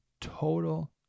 Total